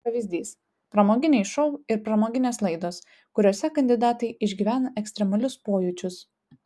pavyzdys pramoginiai šou ir pramoginės laidos kuriose kandidatai išgyvena ekstremalius pojūčius